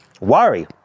worry